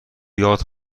یاد